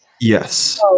Yes